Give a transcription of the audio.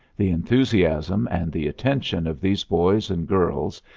the enthusiasm and the attention of these boys and girls,